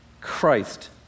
Christ